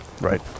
Right